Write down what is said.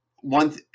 one